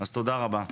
אז תודה רבה.